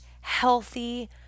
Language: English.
healthy